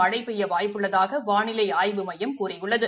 மழை பெய்ய வாய்ப்பு உள்ளதாக வானிலை ஆய்வு மையம் கூறியுள்ளது